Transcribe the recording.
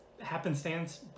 happenstance